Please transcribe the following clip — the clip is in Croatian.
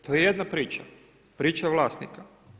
To je jedna priča, priča vlasnika.